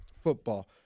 football